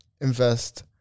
invest